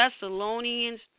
Thessalonians